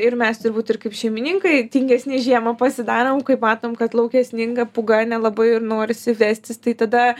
ir mes turbūt ir kaip šeimininkai tingesni žiemą pasidarom kaip matom kad lauke sninga pūga nelabai ir norisi vestis tai tada